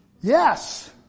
Yes